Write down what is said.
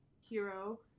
hero